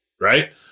right